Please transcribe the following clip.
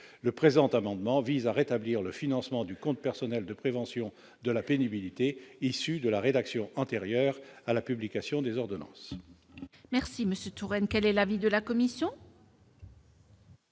Le présent amendement vise à rétablir le financement du compte personnel de prévention de la pénibilité tel qu'il était antérieurement à la publication des ordonnances. Quel est l'avis de la commission ?